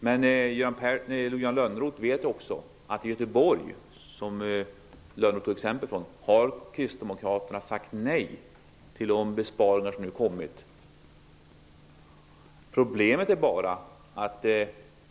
Men Johan Lönnroth vet ju också att kristdemokraterna i Göteborg har sagt nej till de besparingar som föreslagits.